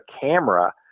camera